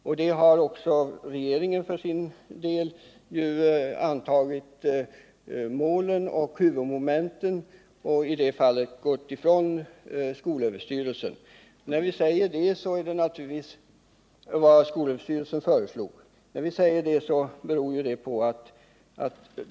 Regeringen har också antagit det målet och i det fallet gått ifrån skolöverstyrelsens förslag.